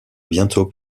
bientôt